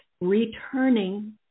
returning